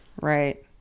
Right